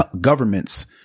governments